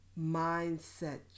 Mindset